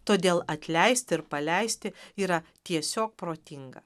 todėl atleisti ir paleisti yra tiesiog protinga